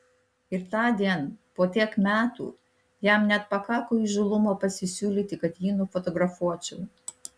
ir tądien po tiek metų jam net pakako įžūlumo pasisiūlyti kad jį nufotografuočiau